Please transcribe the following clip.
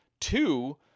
Two